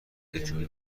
اتیوپی